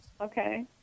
Okay